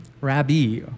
Rabbi